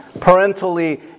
parentally